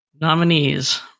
Nominees